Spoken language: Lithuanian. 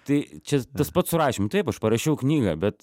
tai čia tas pats su rašym taip aš parašiau knygą bet